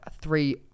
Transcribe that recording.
three